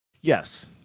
Yes